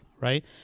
right